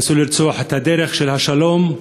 ניסו לרצוח את הדרך של השלום,